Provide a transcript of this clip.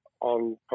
on